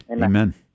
Amen